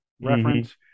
reference